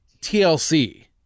TLC